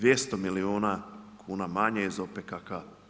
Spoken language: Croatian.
200 milijuna kuna manje iz OPKK.